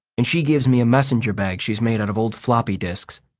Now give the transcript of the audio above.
and she gives me a messenger bag she's made out of old floppy disks.